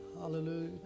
Hallelujah